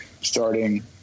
starting